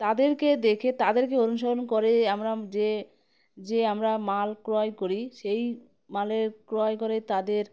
তাদেরকে দেখে তাদেরকে অনুসরণ করে আমরা যে যে আমরা মাল ক্রয় করি সেই মালের ক্রয় করে তাদের